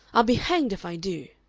i'll be hanged if i do.